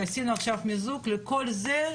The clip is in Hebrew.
עשינו עכשיו מיזוג לכל זה,